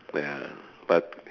ya but